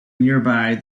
nearby